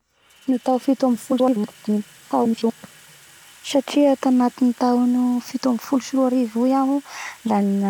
La mieritseritsy ny tao fito ambifolo sy roy arivo iaho o da uhm